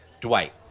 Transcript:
Dwight